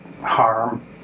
harm